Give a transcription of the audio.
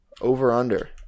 over-under